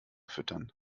füttern